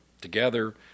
Together